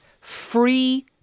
free